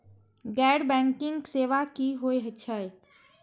गैर बैंकिंग सेवा की होय छेय?